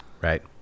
Right